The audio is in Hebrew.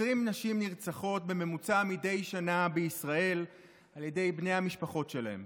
20 נשים נרצחות בממוצע מדי שנה בישראל על ידי בני המשפחות שלהן.